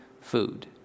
food